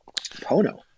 pono